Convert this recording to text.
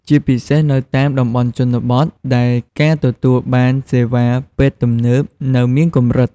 ជាពិសេសនៅតាមតំបន់ជនបទ ដែលការទទួលបានសេវាពេទ្យទំនើបនៅមានកម្រិត